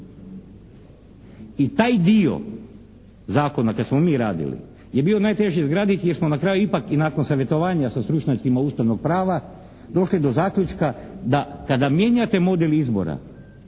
I taj dio zakona kad smo mi radili je bio najteži izradit jer smo na kraju ipak i nakon savjetovanja sa stručnjacima ustavnog prava došli do zaključka da kada mijenjate model izbora